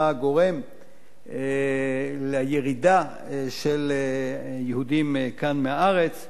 גורם לירידה של יהודים כאן מהארץ,